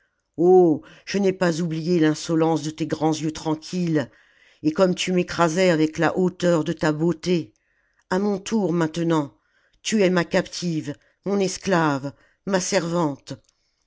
je n'ai pas oubhé l'insolence de tes grands yeux tranquilles et comme tu m'écrasais avec la hauteur de ta beauté a mon tour maintenant tu es ma captive mon esclave ma servante